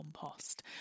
compost